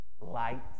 light